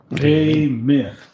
Amen